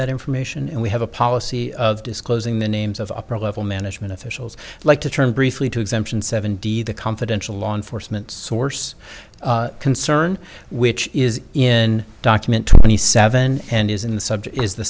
that information and we have a policy of disclosing the names of upper level management officials like to turn briefly to exemption seven d the confidential law enforcement source concern which is in document twenty seven